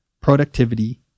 productivity